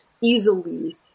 easily